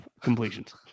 completions